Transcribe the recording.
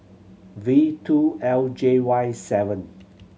V two L J Y seven